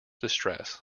distress